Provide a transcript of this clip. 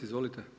Izvolite.